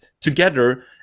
together